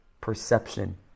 perception